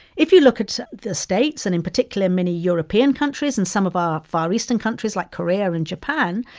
if you look at the states and, in particular, many european countries and some of our far eastern countries like korea and japan,